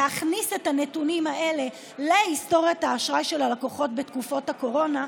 להכניס את הנתונים האלה להיסטוריית האשראי של הלקוחות בתקופת הקורונה,